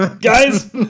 guys